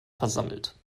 versammelt